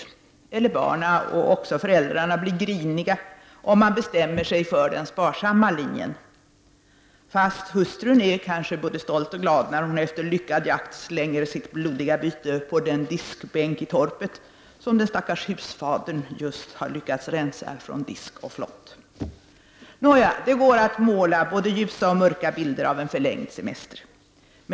Barnen och ofta också föräldrarna blir griniga om man bestämmer sig för den sparsamma linjen. Hustrun är förstås både stolt och glad när hon efter lyckad jakt slänger sitt blodiga byte på en diskbänk i torpet som den stackars husfadern just har lyckats rensa från disk och flott. Nåja, det går att måla många både ljusa och mörka bilder av en förlängd semester.